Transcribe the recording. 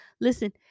Listen